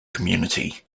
community